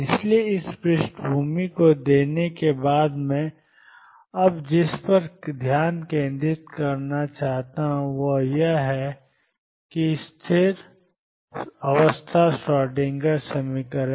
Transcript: इसलिए इस पृष्ठभूमि को देने के बाद मैं अब जिस पर ध्यान केंद्रित करना चाहता हूं वह है यह स्थिर अवस्था श्रोडिंगर समीकरण